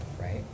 right